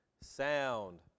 sound